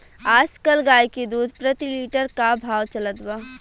आज कल गाय के दूध प्रति लीटर का भाव चलत बा?